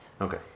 okay